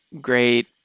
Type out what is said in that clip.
great